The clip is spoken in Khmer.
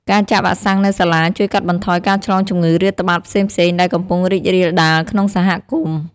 ការចាក់វ៉ាក់សាំងនៅសាលាជួយកាត់បន្ថយការឆ្លងជំងឺរាតត្បាតផ្សេងៗ ដែលកំពុងរីករាលដាលក្នុងសហគមន៍។